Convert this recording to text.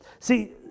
See